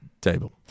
Table